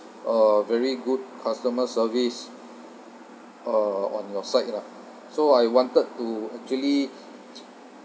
a very good customer service uh on your side lah so I wanted to actually